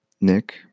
Nick